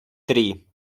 три